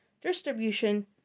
distribution